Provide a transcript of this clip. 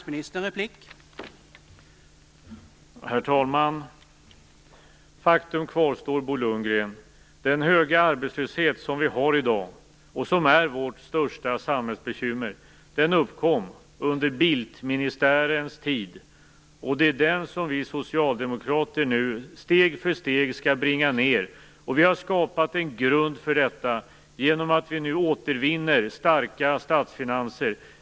Herr talman! Faktum kvarstår, Bo Lundgren: Den höga arbetslöshet som vi har i dag och som är vårt största samhällsbekymmer uppkom under Bildtministärens tid. Det är denna som vi socialdemokrater nu steg för steg skall bringa ned. Vi har skapat en grund för detta genom att vi nu återvinner starka statsfinanser.